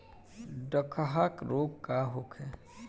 डकहा रोग का होखे?